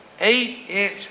eight-inch